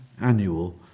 annual